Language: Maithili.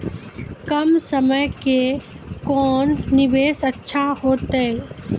कम समय के कोंन निवेश अच्छा होइतै?